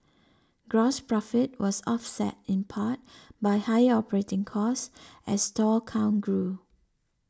gross profit was offset in part by higher operating costs as store count grew